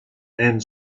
and